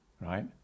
right